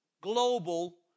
global